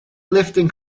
lifting